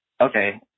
Okay